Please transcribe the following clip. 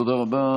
תודה רבה.